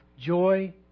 joy